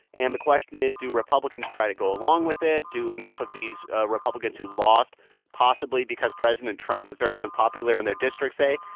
and the question is, do republicans try to go along with it? do enough of these republicans who lost possibly because president trump was very unpopular in their districts say,